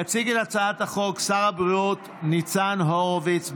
יציג את הצעת החוק שר הבריאות ניצן הורוביץ,